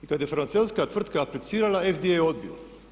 I kad je farmaceutska tvrtka aplicirala FDA je odbio.